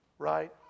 Right